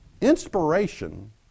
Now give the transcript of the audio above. Inspiration